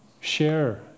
share